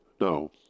no